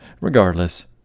Regardless